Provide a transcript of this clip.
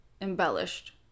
embellished